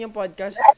podcast